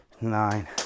nine